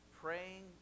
Praying